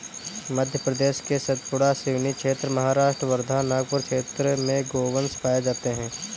मध्य प्रदेश के सतपुड़ा, सिवनी क्षेत्र, महाराष्ट्र वर्धा, नागपुर क्षेत्र में गोवंश पाये जाते हैं